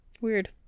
Weird